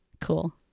Cool